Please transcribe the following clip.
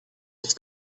was